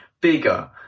bigger